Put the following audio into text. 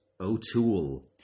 O'Toole